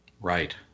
Right